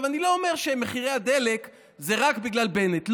אני לא אומר שמחירי הדלק זה רק בגלל בנט.